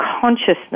consciousness